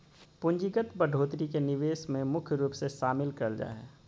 पूंजीगत बढ़ोत्तरी के निवेश मे मुख्य रूप से शामिल करल जा हय